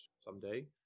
someday